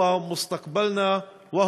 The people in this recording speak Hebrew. אני רוצה לאחל להם שנת לימודים מוצלחת ופרודוקטיבית.